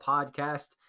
Podcast